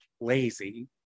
lazy